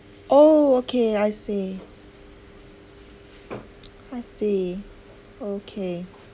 oh okay I see I see okay